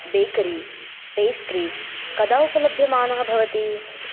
bakery pastries कदा उपलभ्यमानः भवति